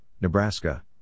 Nebraska